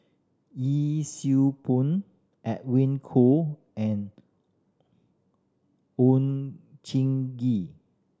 Yee Siew Pun Edwin Koo and Oon Jin Gee